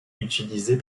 utilisés